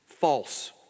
false